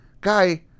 guy